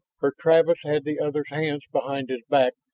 for travis had the other's hands behind his back,